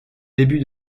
début